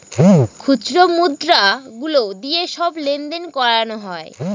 খুচরো মুদ্রা গুলো দিয়ে সব লেনদেন করানো হয়